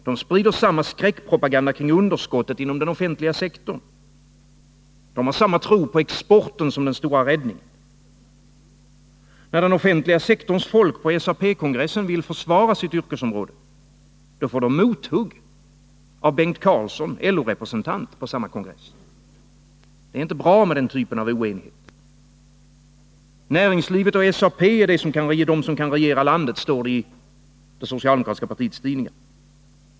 De sprider samma skräckpropaganda kring underskottet inom den offentliga sektorn. De har samma tro på exporten som den stora räddningen. När den offentliga sektorns folk på SAP-kongressen vill försvara sitt yrkesområde — då får de mothugg av Bengt Carlsson, LO-representant på samma kongress. Det är inte bra med den typen av oenighet. Näringslivet och SAP är de som kan regera landet, står det i det socialdemokratiska partiets tidningar.